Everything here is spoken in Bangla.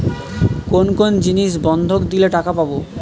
কোন কোন জিনিস বন্ধক দিলে টাকা পাব?